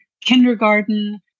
kindergarten